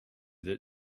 that